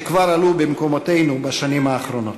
שכבר עלו במקומותינו בשנים האחרונות.